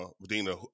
Medina